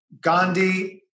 Gandhi